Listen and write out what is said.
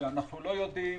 שאנחנו לא יודעים